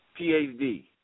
PHD